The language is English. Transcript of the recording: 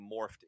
morphed